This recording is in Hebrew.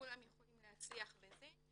כולם יכולים להצליח בזה.